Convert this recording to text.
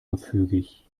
gefügig